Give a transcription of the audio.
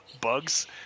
bugs